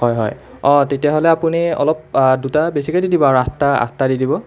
হয় হয় অঁ তেতিয়াহ'লে আপুনি অলপ দুটা বেছিকৈ দি দিব আৰু আঠটা আঠটা দি দিব